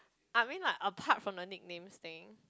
I mean like apart from the nicknames thing